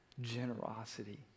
generosity